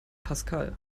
pascal